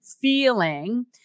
feeling